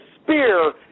spear